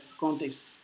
context